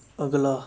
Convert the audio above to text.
ਅਗਲਾ